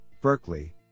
Berkeley